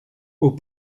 aux